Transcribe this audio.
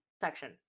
section